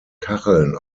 kacheln